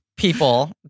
People